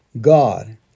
God